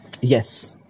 Yes